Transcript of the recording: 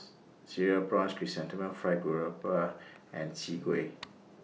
Cereal Prawns Chrysanthemum Fried Garoupa and Chwee Kueh